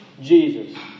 Jesus